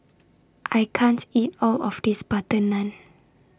I can't eat All of This Butter Naan